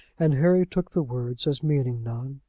and harry took the words as meaning none.